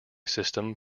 system